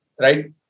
Right